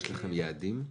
יש לכם יעדים?